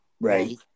right